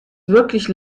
wirklich